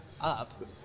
up